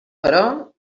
però